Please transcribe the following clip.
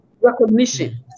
recognition